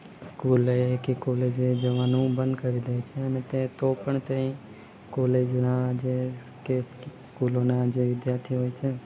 સ્કૂલે કે કોલેજે જવાનું બંદ કરી દેછે અને તે તો પણ ત્યાં કોલેજના જે કે સ્કૂલોના જે વિદ્યાર્થીઓ હોય છે